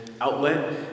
outlet